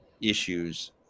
issues